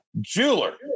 Jeweler